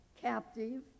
captive